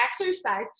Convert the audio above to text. exercise